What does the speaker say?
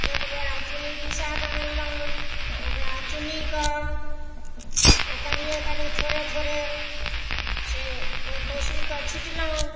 एक बोरा चुन्नी पिसाए कऽ आनलहुॅं तऽ ओकरा चुन्नीके ओ कनिए कनिए थोड़े थोड़े से ओहि पशुके छिटलहुॅं